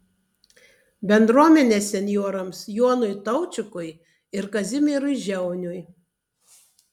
bendruomenės senjorams jonui taučikui ir kazimierui žiauniui